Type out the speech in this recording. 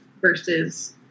versus